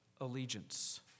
allegiance